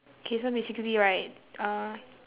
okay so basically right uh